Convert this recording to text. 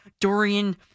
Dorian